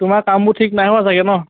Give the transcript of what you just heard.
তোমাৰ কামবোৰ ঠিক নাই হোৱা চাগৈ ন'